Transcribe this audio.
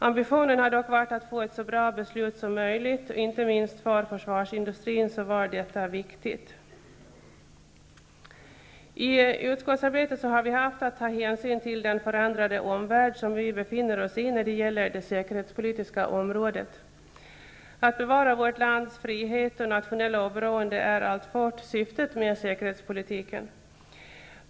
Ambitionen har dock varit att få så bra beslut som möjligt. Inte minst för försvarsindustrin är detta viktigt. I utskottsarbetet har vi haft att ta hänsyn till den förändrade omvärld som vi befinner oss i när det gäller det säkerhetspolitiska området. Att bevara vårt lands frihet och nationella oberoende är alltfort syftet med säkerhetspolitiken.